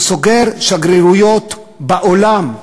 הוא סוגר שגרירויות בעולם.